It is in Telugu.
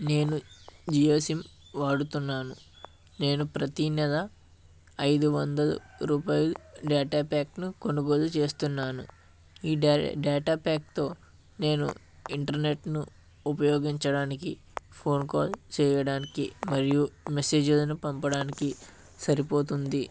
నేను జియో సిమ్ వాడుతున్నాను నేను ప్రతీ నెల ఐదు వందల రూపాయలు డేటా ప్యాక్ను కొనుగోలు చేస్తున్నాను ఈ డేటా ప్యాక్తో నేను ఇంటర్నెట్ను ఉపయోగించడానికి ఫోన్ కాల్ చేయడానికి మరియు మెసేజ్ ఏదైనా పంపడానికి సరిపోతుంది